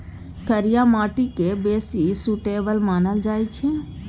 करिया माटि केँ बेसी सुटेबल मानल जाइ छै